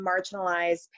marginalized